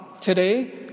today